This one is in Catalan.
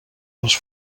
als